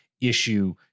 issue